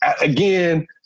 again